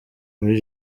muri